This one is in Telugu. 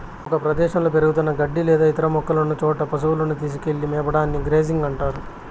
ఒక ప్రదేశంలో పెరుగుతున్న గడ్డి లేదా ఇతర మొక్కలున్న చోట పసువులను తీసుకెళ్ళి మేపడాన్ని గ్రేజింగ్ అంటారు